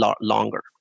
longer